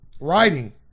Writing